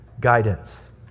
Guidance